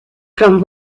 from